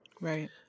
Right